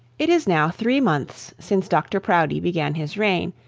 it is now three months since dr proudie began his reign,